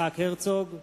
יצחק הרצוג,